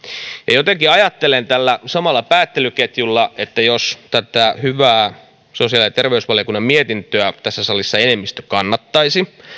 jotenkin ajattelen tällä samalla päättelyketjulla että jos tätä hyvää sosiaali ja terveysvaliokunnan mietintöä tässä salissa enemmistö kannattaisi